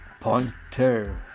pointer